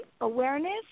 awareness